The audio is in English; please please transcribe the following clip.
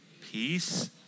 peace